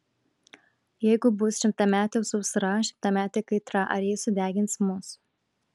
jeigu bus šimtametė sausra šimtametė kaitra ar ji sudegins mus